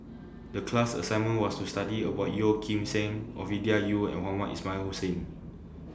The class assignment was to study about Yeo Kim Seng Ovidia Yu and Mohamed Ismail Hussain